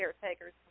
caretakers